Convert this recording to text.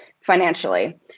financially